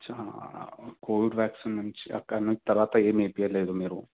అచ్చా covid vaccine నుంచి అక్కడ నుంచి తర్వాత ఏమీ ఏపీయలేదు మీరు